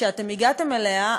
שאתם הגעתם אליה,